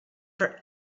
for